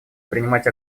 принимать